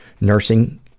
nursing